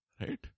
right